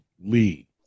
Lee